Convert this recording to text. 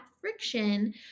friction